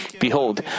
behold